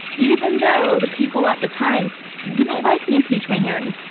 even though the people at the time didn't like the impeachment hearings.